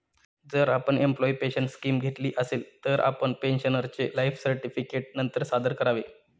जर आपण employee pension scheme घेतली असेल, तर आपण पेन्शनरचे लाइफ सर्टिफिकेट नंतर सादर करावे